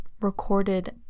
recorded